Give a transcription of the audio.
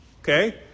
Okay